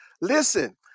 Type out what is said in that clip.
listen